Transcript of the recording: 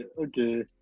okay